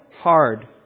hard